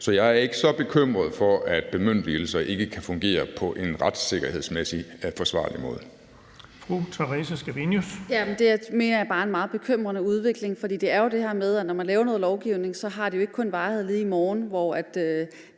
Så jeg er ikke så bekymret for, at bemyndigelser ikke kan fungere på en retssikkerhedsmæssig forsvarlig måde.